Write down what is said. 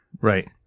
right